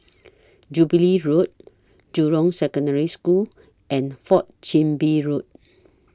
Jubilee Road Jurong Secondary School and Fourth Chin Bee Road